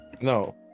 No